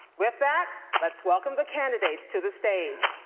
with that, let's welcome the candidates to the stage.